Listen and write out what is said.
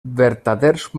vertaders